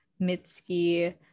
Mitski